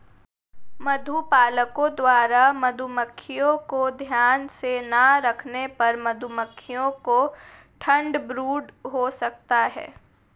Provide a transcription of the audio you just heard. मधुपालकों द्वारा मधुमक्खियों को ध्यान से ना रखने पर मधुमक्खियों को ठंड ब्रूड हो सकता है